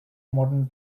modern